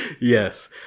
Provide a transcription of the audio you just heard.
Yes